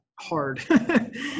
hard